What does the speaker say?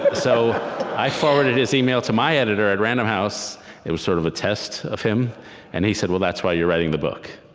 so i forwarded his email to my editor at random house it was sort of a test of him and he said, well, that's why you're writing the book,